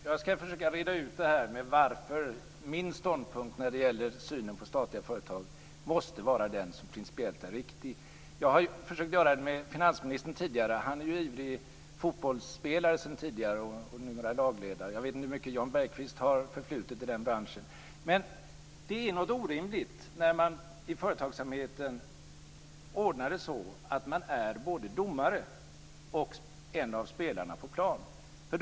Fru talman! Jag ska försöka att reda ut varför min ståndpunkt när det gäller synen på statliga företag måste vara den som är principiellt riktig. Jag försökte förklara detta för finansministern tidigare. Han har ju varit ivrig fotbollsspelare och är numera lagledare - jag vet inte hur mycket förflutet Jan Bergqvist har i den branschen. Men det är orimligt när man i företagsamheten ordnar det så att man är både domare och en av spelarna på planen.